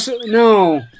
no